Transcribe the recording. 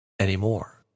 anymore